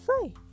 say